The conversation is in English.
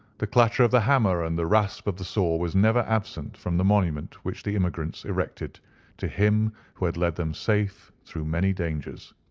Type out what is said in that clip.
the clatter of the hammer and the rasp of the saw was never absent from the monument which the immigrants erected to him who had led them safe through many dangers.